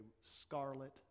scarlet